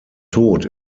tod